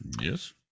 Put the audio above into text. Yes